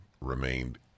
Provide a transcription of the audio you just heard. remained